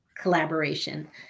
collaboration